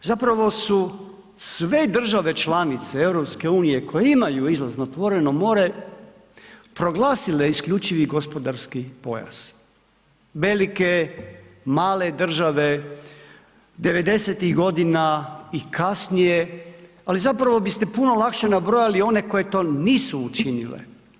Zapravo su sve države članice EU koje imaju izlaz na otvoreno more proglasile isključivi gospodarski pojas, velike, male države '90.-tih godina i kasnije, ali zapravo biste puno lakše nabrojali one koje to nisu učinile.